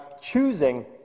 choosing